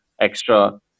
extra